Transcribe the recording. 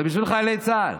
זה בשביל חיילי צה"ל,